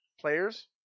Players